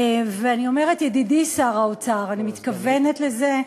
ואני אומרת: ידידי שר האוצר, אני מתכוונת לזה,